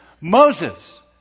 Moses